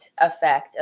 effect